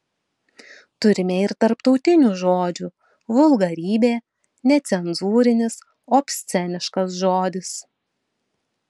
turime ir tarptautinių žodžių vulgarybė necenzūrinis obsceniškas žodis